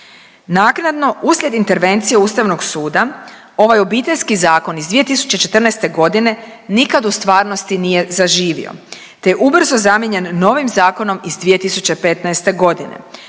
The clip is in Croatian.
Naknadno, uslijed intervencije Ustavnog suda, ovaj Obiteljski zakon iz 2014. g. nikad u stvarnosti nije zaživio te ubrzo zamijenjen novim zakonom iz 2015. g.